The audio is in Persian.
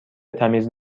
تمیز